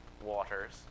waters